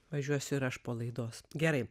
važiuosiu ir aš po laidos gerai